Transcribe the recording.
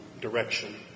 direction